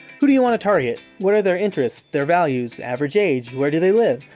who do you want to target? what are their interests? their values, average age, where do they live?